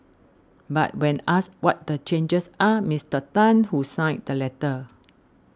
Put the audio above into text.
but when asked what the changes are Mister Tan who signed the letter